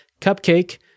Cupcake